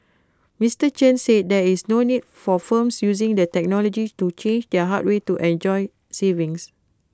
Mister Chen said there is no need for firms using the technology to change their hardware to enjoy savings